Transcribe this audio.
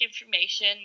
information